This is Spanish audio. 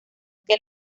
que